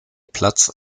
platz